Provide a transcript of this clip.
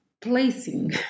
placing